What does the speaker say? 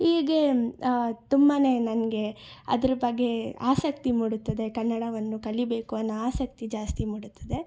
ಹೀಗೆ ತುಂಬಾ ನನಗೆ ಅದ್ರ ಬಗ್ಗೆ ಆಸಕ್ತಿ ಮೂಡುತ್ತದೆ ಕನ್ನಡವನ್ನು ಕಲಿಬೇಕು ಅನ್ನೋ ಆಸಕ್ತಿ ಜಾಸ್ತಿ ಮೂಡುತ್ತದೆ